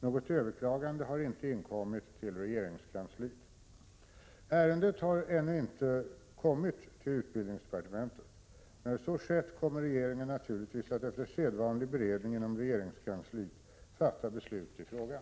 Något överklagande har ej inkommit till regeringskansliet. Ärendet har ännu inte inkommit till utbildningsdepartementet. När så skett kommer regeringen naturligtvis att efter sedvanlig beredning inom regeringskansliet fatta beslut i frågan.